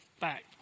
back